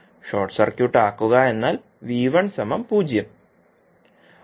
short circuit ആക്കുക എന്നാൽ 0